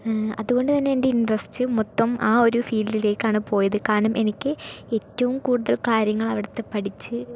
അത് കൊണ്ട്തന്നെ എൻ്റെ ഇൻട്രസ്റ്റ് മൊത്തം ആ ഒരു ഫീൽഡിലേക്കാണ് പോയത് കാരണം എനിക്ക് ഏറ്റവും കൂടുതൽ കാര്യങ്ങൾ അവിടുത്തെ പഠിച്ച്